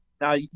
Now